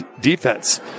defense